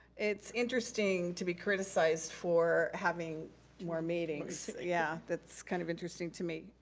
it's interesting to be criticized for having more meetings. yeah that's kind of interesting to me.